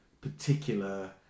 particular